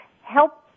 help